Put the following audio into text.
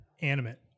animate